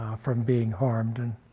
um from being harmed. and